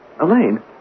Elaine